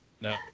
no